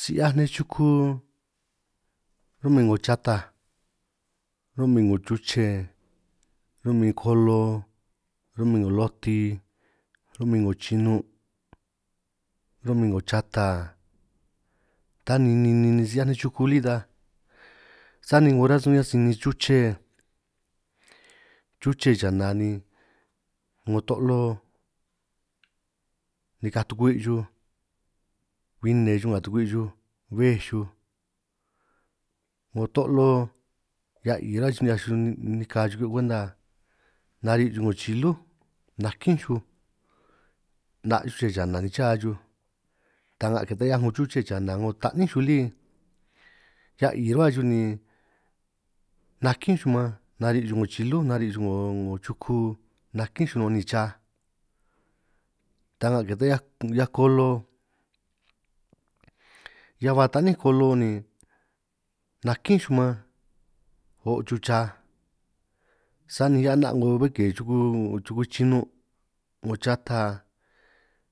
Si 'hiaj nej chuku ro'min 'ngo chataj, ro'min 'ngo chuche, ro'min kolo, ro'min 'ngo loti, ro'min 'ngo chinun', ro'min 'ngo chata, ta nininini si 'hiaj nej chuku lí ta, sani 'ngo rasun 'hiaj sinin chuche chuche chana ni 'ngo to'lo nikaj tukwi' xuj, huin nne xuj nga tukwi' xuj bé xuj, 'ngo to'lo hia 'i ruhua xuj ni'hiaj xuj ni nika xuj ki'hio kwenta, nari' xuj 'ngo chilú nari' nakínj xuj 'na' chuche chana ni ya xuj ta'nga ke ta 'hiaj 'ngo chuche chana 'ngo ta'ní xuj lí, hia 'i ruhua xuj ni nakínj xuj man nari' xuj 'ngo chilú nari' xuj 'ngo chuku nakínj xuj ni no niin chaj, ta'nga' ke ta 'hiaj kolo hia ba taní kolo ni nakínj xuj man o' chuj chaj sani hia 'na' 'ngo bé ke 'ngo chuku chinun', 'ngo chata,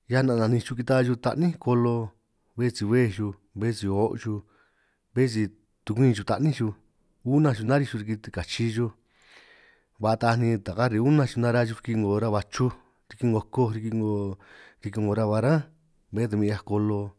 hia 'na' naninj xuj kita'a xuj taní kolo, bé si bej xuj bé si o' xuj bé si tukwin' xuj taní xuj unanj nari' xuj riki sikachi xuj, ba taaj ni ta kari unanj xuj nara xuj riki 'ngo ro' ba chuj, riki 'ngo koj riki 'ngo ran ba rán bé ta 'hiaj kolo.